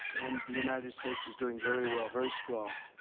and the united states is doing very well very strong.